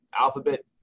alphabet